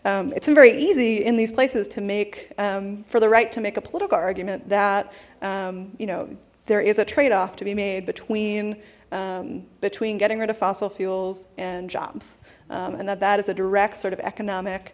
so it's very easy in these places to make for the right to make a political argument that you know there is a trade off to be made between between getting rid of fossil fuels and jobs and that that is a direct sort of economic